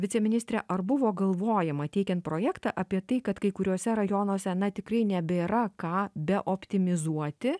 viceministre ar buvo galvojama teikiant projektą apie tai kad kai kuriuose rajonuose na tikrai nebėra ką beoptimizuoti